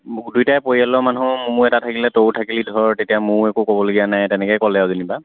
দুইটাই পৰিয়ালৰ মানুহ মোৰো এটা থাকিলে তইয়ো থাকিলি ধৰ তেতিয়া ময়ো একো ক'বলগীয়া নাই তেনেকৈ ক'লে যেনিবা